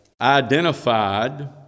identified